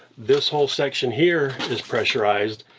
this whole section here is pressurized,